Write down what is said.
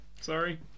Sorry